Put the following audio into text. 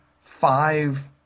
five